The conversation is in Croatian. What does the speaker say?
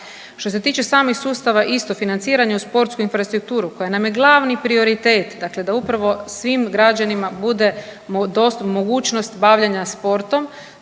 Što se tiče samih sustava isto financiranje u sportsku infrastrukturu koja nam je glavni prioritet da upravo svim građanima bude … mogućnost bavljenja sportom,